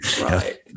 right